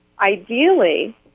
ideally